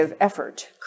effort